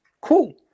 Cool